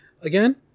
again